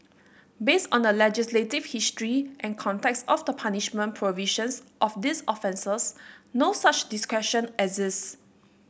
based on the legislative history and context of the punishment provisions of these offences no such discretion exists